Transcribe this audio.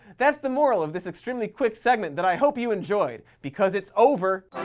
that's the moral of this extremely quick segment that i hope you enjoyed because it's over.